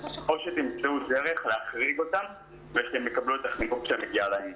האלה או שתמצאו דרך להחריג אותם ושהם יקבלו את החינוך שמגיע להם.